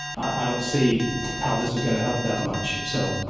i don't see how this going to help that much. so?